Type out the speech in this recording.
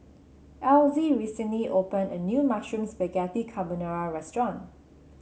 Elzy recently opened a new Mushroom Spaghetti Carbonara Restaurant